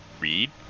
read